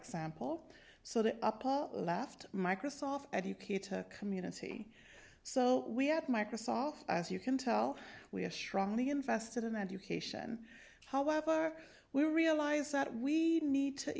example so the left microsoft educator community so we at microsoft as you can tell we are strongly invested in education however we realize that we need to